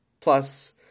Plus